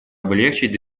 облегчить